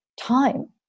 time